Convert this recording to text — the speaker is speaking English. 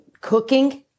cooking